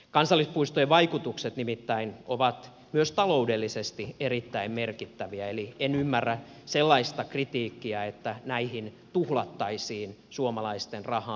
kansallispuistojen vaikutukset nimittäin ovat myös taloudellisesti erittäin merkittäviä eli en ymmärrä sellaista kritiikkiä että näihin tuhlattaisiin suomalaisten rahaa